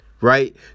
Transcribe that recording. right